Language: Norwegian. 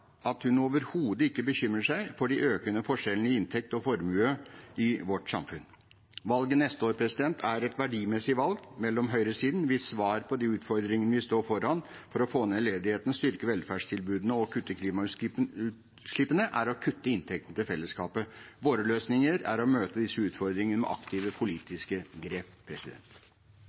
at hun overhodet ikke bekymrer seg for de økende forskjellene i inntekt og formue i vårt samfunn. Valget neste år er et verdimessig valg: Høyresidens svar på de utfordringene vi står foran for å få ned ledigheten, styrke velferdstilbudene og kutte klimautslippene, er å kutte i inntektene til fellesskapet. Våre løsninger er å møte disse utfordringene med aktive politiske grep.